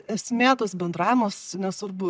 esmė tas bendravimas nesvarbu